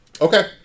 okay